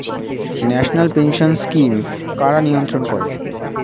National pension scheme কারা নিয়ন্ত্রণ করে?